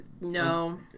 No